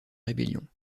rébellion